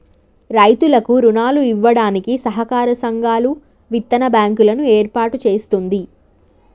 రైతులకు రుణాలు ఇవ్వడానికి సహకార సంఘాలు, విత్తన బ్యాంకు లను ఏర్పాటు చేస్తుంది